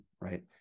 right